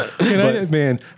Man